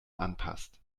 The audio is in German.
anpasst